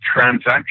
transaction